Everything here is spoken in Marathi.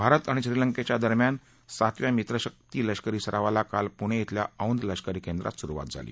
भारत आणि श्रीलंकेच्या लष्करादरम्यान सातव्या मित्रशक्ती लष्करी सरावाला काल पुण श्विल्या औंध लष्करी केंद्रात सुरुवात झाली